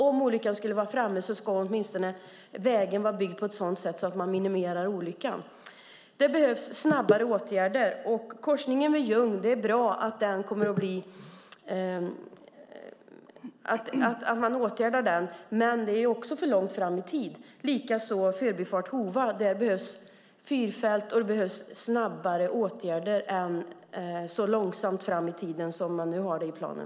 Om olyckan skulle vara framme ska vägen vara byggd på ett sådant sätt att man minimerar olyckan. Det behövs snabbare åtgärder. Det är bra att korsningen vid Jung kommer att åtgärdas, men det ligger alltför långt fram i tiden. Detsamma gäller Förbifart Hova där det behövs en fyrfältsväg. Det behövs snabbare åtgärder än de som nu finns i planen. De ligger alltför långt fram i tiden.